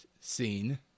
scene